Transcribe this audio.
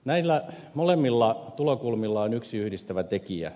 näillä molemmilla tulokulmilla on yksi yhdistävä tekijä